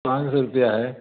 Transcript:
पाँच सौ रुपया है